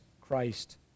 Christ